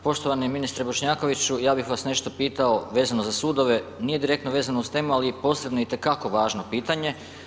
Poštovani ministre Bošnjakoviću, ja bih vas nešto pitao vezano za sudove, nije direktno vezano uz temu ali posebno je i itekako važno pitanje.